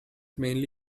mainly